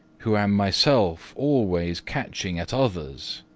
who am myself always catching at others.